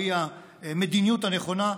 או היא המדיניות הנכונה,